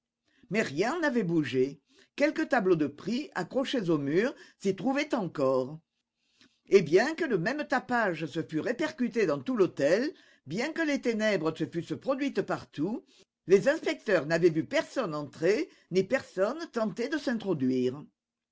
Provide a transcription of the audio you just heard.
mais rien n'avait bougé quelques tableaux de prix accrochés aux murs s'y trouvaient encore et bien que le même tapage se fût répercuté dans tout l'hôtel bien que les ténèbres se fussent produites partout les inspecteurs n'avaient vu personne entrer ni personne tenter de s'introduire